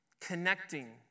Connecting